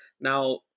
Now